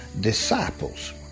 disciples